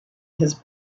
his